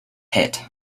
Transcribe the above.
hit